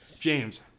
James